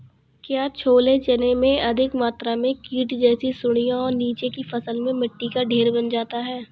क्या छोले चने में अधिक मात्रा में कीट जैसी सुड़ियां और नीचे की फसल में मिट्टी का ढेर बन जाता है?